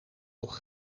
toch